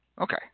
Okay